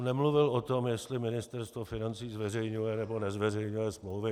Nemluvil jsem o tom, jestli Ministerstvo financí zveřejňuje, nebo nezveřejňuje smlouvy.